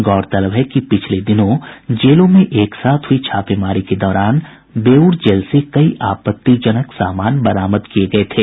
गौरतलब है कि पिछले दिनों जेल में एक साथ हुई छापेमारी के दौरान बेऊर जेल से कई आपत्तिजनक सामान बरामद किये गये थे